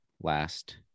last